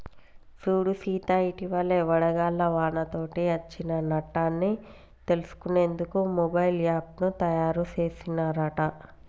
సూడు సీత ఇటివలే వడగళ్ల వానతోటి అచ్చిన నట్టన్ని తెలుసుకునేందుకు మొబైల్ యాప్ను తాయారు సెసిన్ రట